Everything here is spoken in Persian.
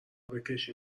بکشی